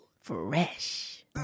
Fresh